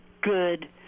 good